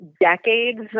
decades